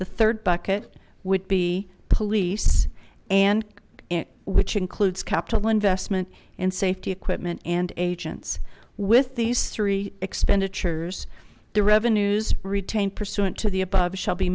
the third bucket would be police and which includes capital investment and safety equipment and agents with these three expenditures the revenues retained pursuant to the above shall be